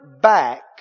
back